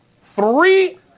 Three